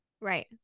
right